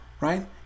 right